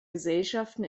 gesellschaften